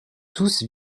tous